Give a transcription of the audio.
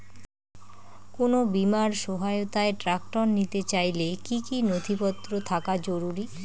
কোন বিমার সহায়তায় ট্রাক্টর নিতে চাইলে কী কী নথিপত্র থাকা জরুরি?